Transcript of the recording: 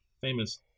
famous